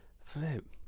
flip